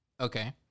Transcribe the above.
Okay